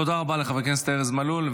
תודה רבה לחבר הכנסת ארז מלול.